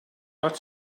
dot